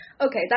okay